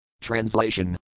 Translation